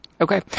Okay